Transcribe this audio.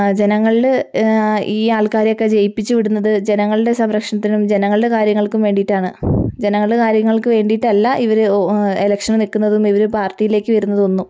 ജനങ്ങളില് ഈ ആൾക്കാരെയൊക്കെ ജയിപ്പിച്ച് വിടുന്നത് ജനങ്ങളുടെ സംരക്ഷണത്തിനും ജനങ്ങളുടെ കാര്യങ്ങൾക്കും വേണ്ടിയിട്ടാണ് ജനങ്ങളുടെ കാര്യങ്ങൾക്ക് വേണ്ടിയിട്ടല്ല ഇവര് ഇലക്ഷന് നിൽക്കുന്നതും ഇവര് പാർട്ടിയിലേക്ക് വരുന്നതും ഒന്നും